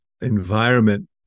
environment